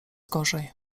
gorzej